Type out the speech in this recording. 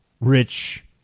rich